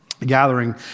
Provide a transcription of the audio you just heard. gathering